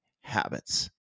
habits